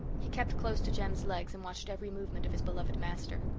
he kept close to jem's legs and watched every movement of his beloved master.